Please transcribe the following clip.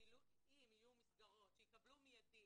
אם יהיו מסגרות שיקבלו מיידית